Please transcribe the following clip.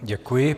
Děkuji.